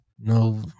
No